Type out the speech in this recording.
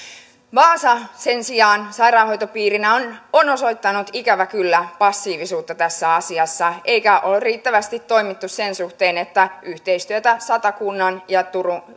vaasa sen sijaan sairaanhoitopiirinä on on osoittanut ikävä kyllä passiivisuutta tässä asiassa eikä ole riittävästi toiminut sen suhteen että yhteistyötä satakunnan ja